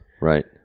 Right